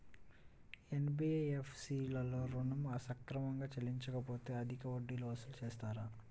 NBFC లలో ఋణం సక్రమంగా చెల్లించలేకపోతె అధిక వడ్డీలు వసూలు చేస్తారా?